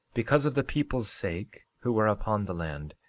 because of the people's sake who are upon the land,